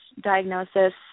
diagnosis